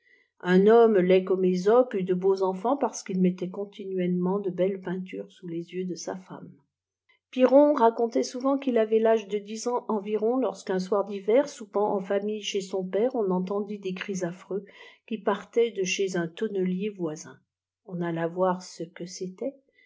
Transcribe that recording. un homm'e laid comme ësope eut de beaux enfants parce qu'il mettait continuellement de belles peintures sous les yeux de sa femme piron racontait souvent qu'il avait l'âge de dix ans envircjn lorsqu'un soir d'hiver soupant en famille chez son père on enlendit des cris affreux qui partaient de chez un tonnelier voisin on alla voir ce que c'était